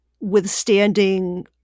withstanding